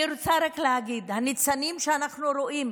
אני רוצה רק להגיד: את הניצנים שאנחנו רואים